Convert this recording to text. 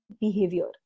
behavior